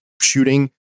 shooting